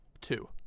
two